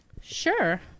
Sure